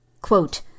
Quote